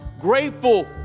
Grateful